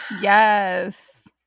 Yes